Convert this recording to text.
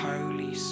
Holy